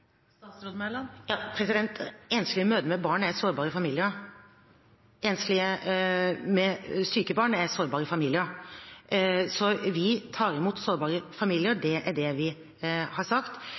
Enslige mødre med barn er sårbare familier. Enslige med syke barn er sårbare familier. Så vi tar imot sårbare familier, det er det vi har sagt.